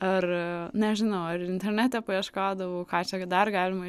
ar nežinau ar internete paieškodavau ką čia dar galima